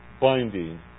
Binding